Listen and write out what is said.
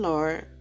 Lord